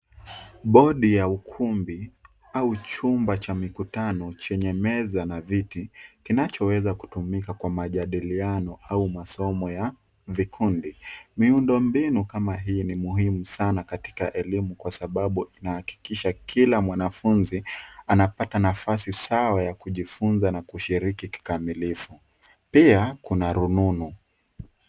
Bodi ya ukumbi au chumba cha mikutano, chenye meza na viti, kinachoweza kutumika kwa majidiliano au masomo ya vikundi. Miundo mbinu kama hii ni muhimu sana katika elimu, kwa sababu inahakikisha kila mwanafunzi anapata nafasi sawa ya kujifunza na kushiriki kikamilifu. Pia, kuna rununu.